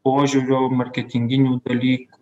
požiūrio marketinginių dalykų